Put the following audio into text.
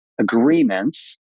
agreements